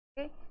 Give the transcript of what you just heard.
okay